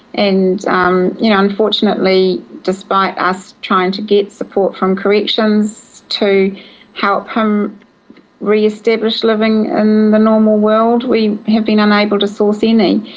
and um you know unfortunately, despite us trying to get support from corrections to help him re-establish living in the normal world, we have been unable to source any.